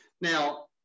Now